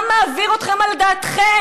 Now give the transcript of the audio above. מה מעביר אתכם על דעתכם?